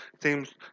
seems